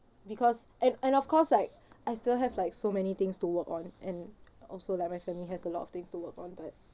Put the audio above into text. because and and of course like I still have like so many things to work on and also like my family has a lot of things to work on but